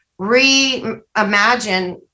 reimagine